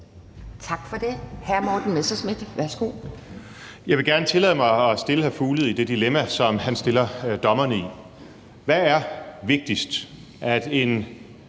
Tak for det.